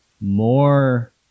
more